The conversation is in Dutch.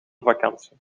vakantie